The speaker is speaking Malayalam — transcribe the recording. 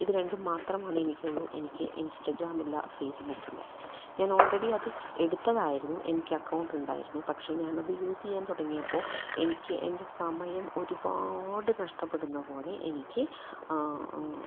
ഇത് രണ്ടും മാത്രമാണ് എനിക്കുള്ളു എനിക്ക് ഇൻസ്റ്റാഗ്രാം ഇല്ല ഫേസ്ബുക്ക് ഇല്ല ഞാൻ ഓൾറെഡി അത് എടുത്തതായിരുന്നു എനിക്ക് അക്കൗണ്ടും ഉണ്ടായിരുന്നു പക്ഷെ ഞാൻ അത് യൂസ് ചെയ്യാൻ തുടങ്ങിയപ്പോൾ എനിക്ക് എൻ്റെ സമയം ഒരുപാട് നഷ്ടപ്പെടുന്ന പോലെ എനിക്ക്